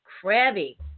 crabby